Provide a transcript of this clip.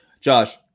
josh